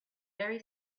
very